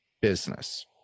business